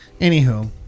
anywho